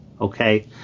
Okay